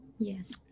Yes